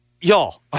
y'all